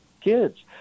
kids